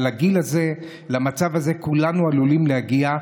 אבל לגיל הזה, למצב הזה, כולנו עלולים להגיע.